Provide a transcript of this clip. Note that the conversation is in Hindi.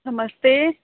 नमस्ते